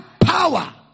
power